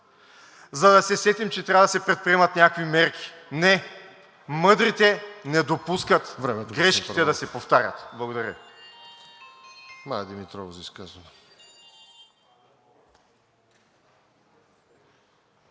за да се сетим, че трябва да се предприемат някакви мерки? Не, мъдрите не допускат грешките да се повтарят. Благодаря